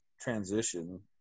transition